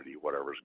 whatever's